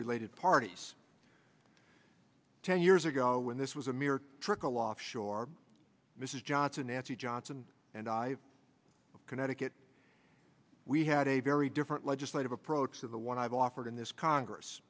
related parties ten years ago when this was a mere trickle offshore mrs johnson nancy johnson and i of connecticut we had a very different legislative approach to the one i've offered in this congress